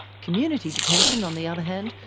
community detention, on the other hand,